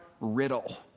riddle